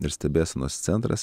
ir stebėsenos centras